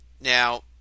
Now